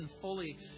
fully